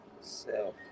self